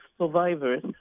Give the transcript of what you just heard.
survivors